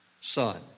son